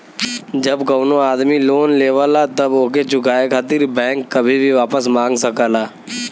जब कउनो आदमी लोन लेवला तब ओके चुकाये खातिर बैंक कभी भी वापस मांग सकला